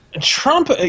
Trump